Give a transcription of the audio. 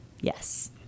Yes